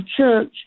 church